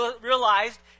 realized